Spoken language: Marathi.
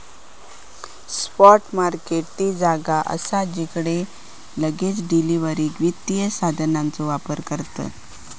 स्पॉट मार्केट ती जागा असा जिकडे लगेच डिलीवरीक वित्त साधनांचो व्यापार करतत